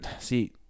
see